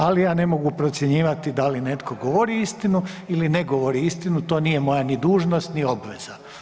Ali ja ne mogu procjenjivati da li netko govori istinu ili ne govori istinu, to nije moja ni dužnost ni obveza.